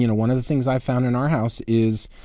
you know one of the things i found in our house is,